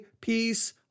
peace